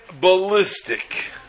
ballistic